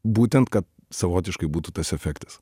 būtent kad savotiškai būtų tas efektas